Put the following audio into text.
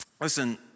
listen